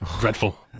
dreadful